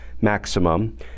maximum